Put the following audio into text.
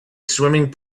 swimming